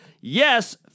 Yes